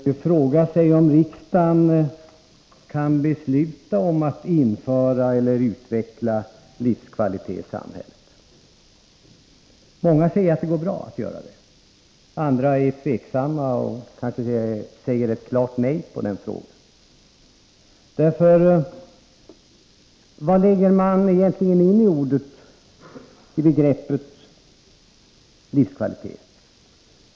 Herr talman! Man kan fråga sig om riksdagen kan besluta om att införa eller utveckla livskvalitet i samhället. Många säger att det går bra. Andra är tveksamma eller svarar kanske klart nej på den frågan. Vad lägger man egentligen in i begreppet livskvalitet?